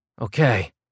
Okay